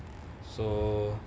so